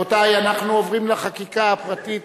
רבותי, אנחנו עוברים לחקיקה הפרטית.